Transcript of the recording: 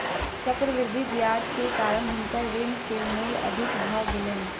चक्रवृद्धि ब्याज के कारण हुनकर ऋण के मूल अधिक भ गेलैन